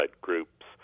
groups